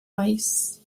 mice